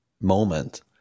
moment